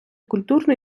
культурну